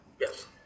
Yes